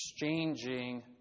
Exchanging